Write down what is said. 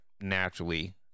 naturally